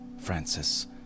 Francis